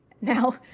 Now